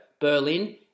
Berlin